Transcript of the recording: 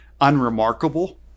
unremarkable